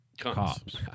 cops